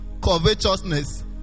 covetousness